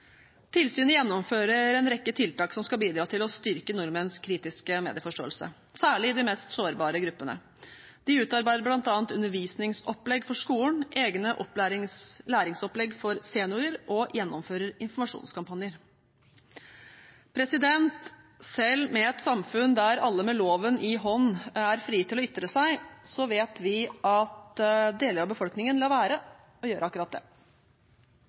Tilsynet gjennomfører en rekke tiltak som skal bidra til å styrke nordmenns kritiske medieforståelse, særlig i de mest sårbare gruppene. De utarbeider bl.a. undervisningsopplegg for skolen og egne læringsopplegg for seniorer og gjennomfører informasjonskampanjer. Selv med et samfunn der alle med loven i hånd er frie til å ytre seg, vet vi at deler av befolkningen lar være å gjøre akkurat det.